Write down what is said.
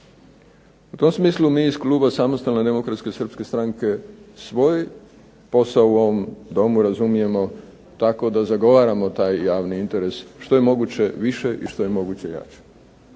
U tom smislu mi iz kluba Samostalne demokratske srpske stranke svoj posao u ovom domu razumijemo tako da zagovaramo taj javni interes što je moguće više i što je moguće jače,